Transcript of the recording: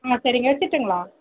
ம் சரிங்க வச்சிரட்டுங்களா